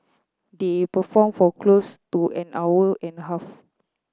they performed for close to an hour and a half